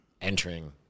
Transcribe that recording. entering